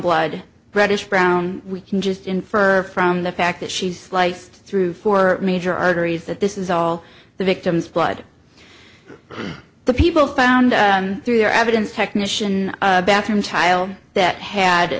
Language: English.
blood reddish brown we can just infer from the fact that she's sliced through four major arteries that this is all the victim's blood the people found through their evidence technician bathroom child that had